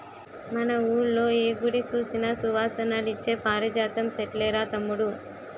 మన వూళ్ళో ఏ గుడి సూసినా సువాసనలిచ్చే పారిజాతం సెట్లేరా తమ్ముడూ